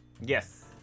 Yes